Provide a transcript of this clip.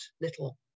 little